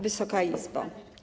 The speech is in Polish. Wysoka Izbo!